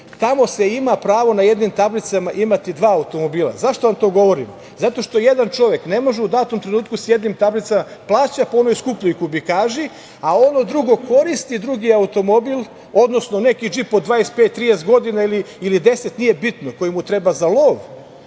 tamo se ima pravo na jednim tablicama imati dva automobila. Zašto vam to govorim? Zato što jedna čovek ne može u datom trenutku sa jednim tablicama plaća po onoj skupljoj kubikaži, a ono drugo koristi drugi automobil, odnosno neki džip od 25, 30 godina ili deset, nije bitno, koji mu treba za lov,